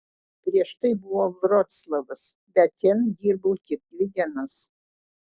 prieš tai buvo vroclavas bet ten dirbau tik dvi dienas